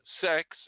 sex